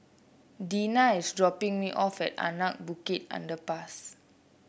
Dina is dropping me off at Anak Bukit Underpass